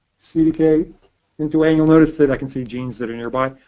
c d k n two a. you'll notice that i can see genes that are nearby.